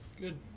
Good